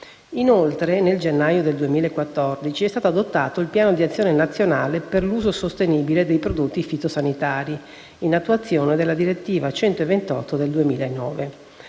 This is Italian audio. Inoltre, nel gennaio del 2014 è stato adottato il Piano di azione nazionale per l'uso sostenibile dei prodotti fitosanitari, in attuazione della direttiva 2009/128/CE.